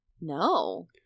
No